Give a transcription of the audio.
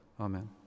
Amen